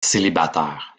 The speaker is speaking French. célibataire